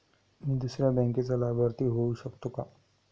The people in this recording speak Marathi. मी दुसऱ्या बँकेचा लाभार्थी होऊ शकतो का?